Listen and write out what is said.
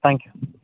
you